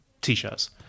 t-shirts